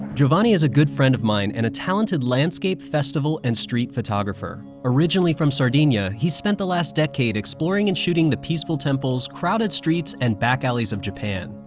giovanni is a good friend of mine, and a talented landscape, festival, and street photographer. originally from sardinia, he's spent the last decade exploring and shooting the peaceful temples, crowded streets, and back alleys of japan.